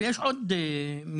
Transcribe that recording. ויש עוד מדינות.